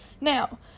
Now